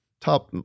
Top